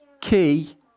Key